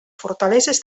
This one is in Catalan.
fortaleses